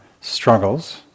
struggles